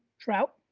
trout.